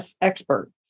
expert